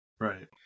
Right